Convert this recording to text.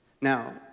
Now